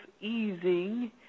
easing